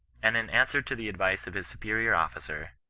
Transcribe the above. and in answer to the advice of his superior ofiicer,